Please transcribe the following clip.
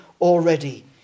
already